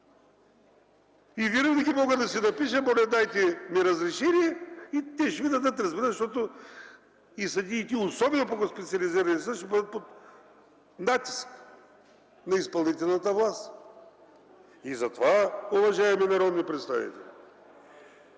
Винаги може да се напише: „Моля, дайте ми разрешение и те ще ми дадат, разбира се, защото и съдиите, особено пък в специализирания съд ще бъдат под натиск на изпълнителната власт.” Затова, уважаеми народни представители,